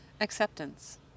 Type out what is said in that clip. acceptance